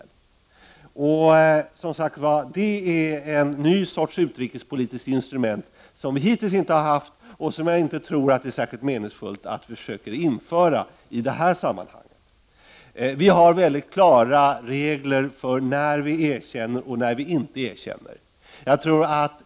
Det är, som sagt var, ett nytt slags utrikespolitiskt instrument, som vi hittills inte har haft och som jag inte tror att det är särskilt meningsfullt att försöka införa i detta sammanhang. Vi har mycket klara regler för när vi erkänner och när vi inte erkänner stater.